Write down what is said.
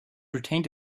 retained